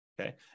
Okay